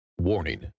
Warning